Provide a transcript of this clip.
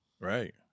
Right